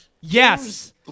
yes